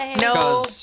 no